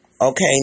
okay